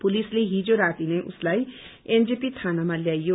पुलिसले हिज राती नै उसलाई एनजेपी थानामा ल्यायो